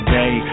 day